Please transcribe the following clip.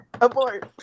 abort